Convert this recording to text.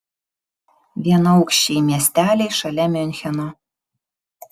vienaaukščiai miesteliai šalia miuncheno